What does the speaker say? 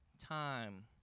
time